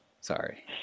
Sorry